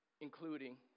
including